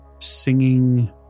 singing